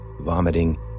vomiting